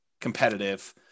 competitive